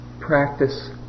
practice